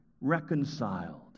reconciled